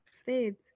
states